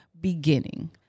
beginning